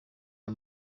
aya